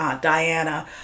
Diana